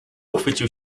uchwycił